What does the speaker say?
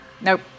Nope